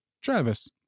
Travis